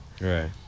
Right